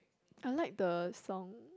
I like the song